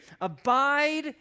Abide